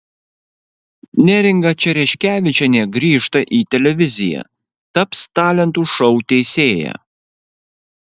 neringa čereškevičienė grįžta į televiziją taps talentų šou teisėja